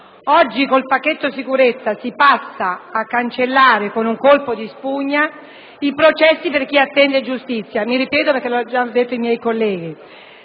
oggi, con il pacchetto sicurezza, si passa a cancellare con un colpo di spugna i processi per chi attende giustizia - mi ripeto, perché è stato già detto dai miei colleghi